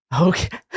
Okay